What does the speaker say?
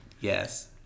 yes